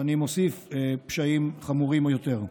ואני מוסיף, פשעים חמורים או יותר.